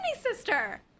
sister